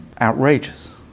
outrageous